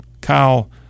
Kyle